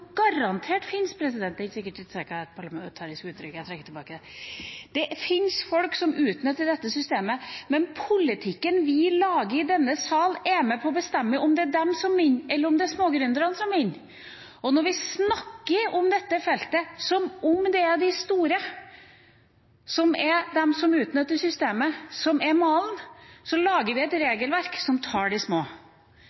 et parlamentarisk uttrykk, jeg trekker det tilbake. Det finnes folk som utnytter dette systemet, men politikken vi lager i denne salen, er med på å bestemme om det er de som vinner, eller om det er smågründerne som vinner. Og når vi snakker om dette feltet som om det er de store – som er de som utnytter systemet – som er malen, så lager vi et